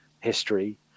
history